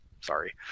Sorry